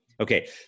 Okay